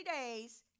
days